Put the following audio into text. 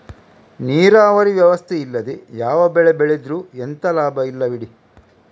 ನೀರಾವರಿ ವ್ಯವಸ್ಥೆ ಇಲ್ಲದೆ ಯಾವ ಬೆಳೆ ಬೆಳೆದ್ರೂ ಎಂತ ಲಾಭ ಇಲ್ಲ ಬಿಡಿ